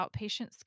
outpatient